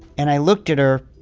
and i looked at her